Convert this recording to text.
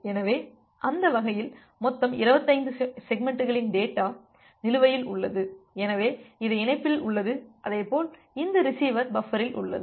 எனவே அந்த வகையில் மொத்தம் 25 செக்மெண்ட்களின் டேட்டா நிலுவையில் உள்ளது எனவே இது இணைப்பில் உள்ளது அதே போல் இந்த ரிசீவர் பஃப்பரில் உள்ளது